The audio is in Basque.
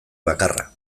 bakarra